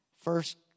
First